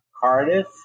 Cardiff